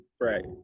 Right